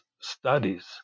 studies